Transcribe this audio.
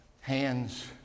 Hands